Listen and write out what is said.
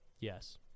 Yes